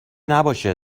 نباشه